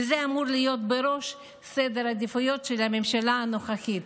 וזה אמור להיות בראש סדר העדיפויות של הממשלה הנוכחית.